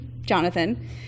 Jonathan